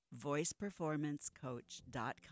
voiceperformancecoach.com